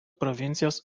provincijos